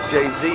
Jay-Z